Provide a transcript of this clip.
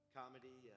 comedy